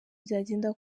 byagenda